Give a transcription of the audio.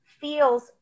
feels